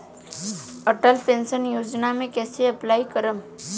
Atal pension Yojana मे कैसे apply करेम?